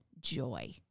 joy